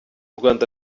rwanda